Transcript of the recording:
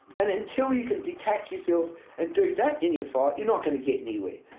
and until you can detach yourself and do that in your fight you're not going to get anywhere.